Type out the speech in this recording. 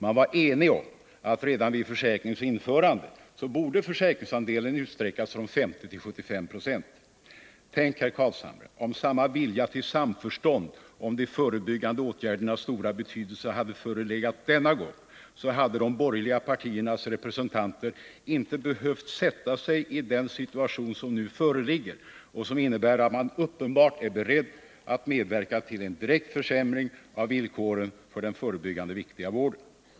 Man var enig om att försäkringsandelen redan vid försäkringens införande borde utsträckas från 50 96 till 75 20. Tänk, herr Carlshamre, om samma vilja till samförstånd om de förebyggande åtgärdernas stora betydelse hade förelegat denna gång. Då hade de borgerliga partiernas representanter inte behövt försätta sig i den föreliggande situationen, som innebär att man uppenbart är beredd att medverka till en direkt försämring av villkoren för den viktiga förebyggande vården.